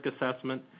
assessment